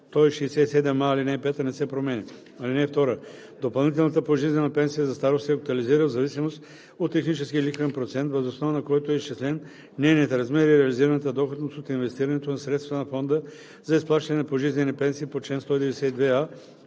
чл. 167а, ал. 5, не се променя. (2) Допълнителната пожизнена пенсия за старост се актуализира в зависимост от техническия лихвен процент, въз основа на който е изчислен нейният размер и реализираната доходност от инвестирането на средствата на фонда за изплащане на пожизнени пенсии по чл. 192а